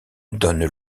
donne